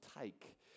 take